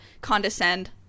condescend